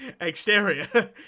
exterior